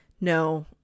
no